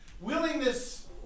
willingness